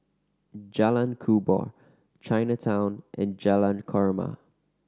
Jalan Kubor Chinatown and Jalan Korma